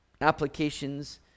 applications